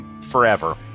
forever